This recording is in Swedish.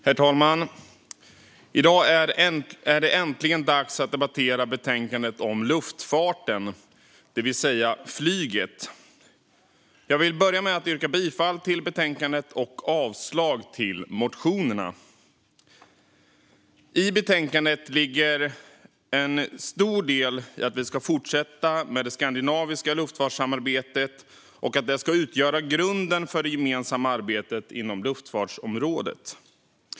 Herr talman! I dag är det äntligen dags att debattera betänkandet om luftfarten, det vill säga flyget. Jag vill börja med att yrka bifall till utskottets förslag och avslag på motionerna. I betänkandet handlar en stor del om att vi ska fortsätta med det skandinaviska luftfartssamarbetet och att det ska utgöra grunden för det gemensamma arbetet inom luftfartsområdet.